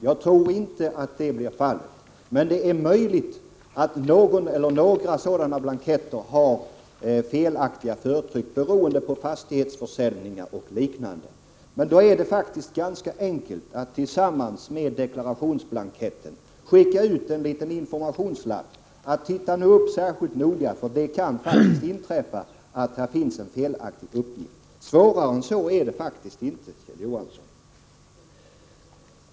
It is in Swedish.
Jag tror inte att det blir fallet, men det är möjligt att någon eller några blanketter kan ha felaktigt förtryck, beroende på fastighetsförsäljningar och liknande. Då är det ganska enkelt att tillsammans med deklarationsblanketten skicka ut en liten informationslapp: Titta efter särskilt noga, för det kan inträffa att det finns en felaktig uppgift! Svårare än så är det faktiskt inte, Kjell Johansson.